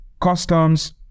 customs